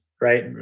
right